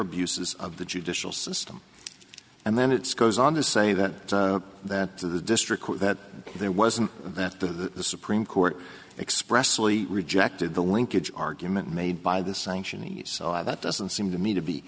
abuses of the judicial system and then it's goes on to say that that to the district that there wasn't that the supreme court expressly rejected the linkage argument made by the sanction esau that doesn't seem to me to be